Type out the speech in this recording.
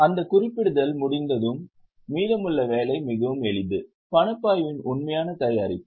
அந்த குறிப்பிடுதல் முடிந்ததும் மீதமுள்ள வேலை மிகவும் எளிது பணப்பாய்வின் உண்மையான தயாரிப்பு